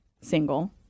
single